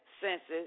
senses